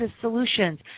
Solutions